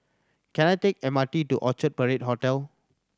can I take M R T to Orchard Parade Hotel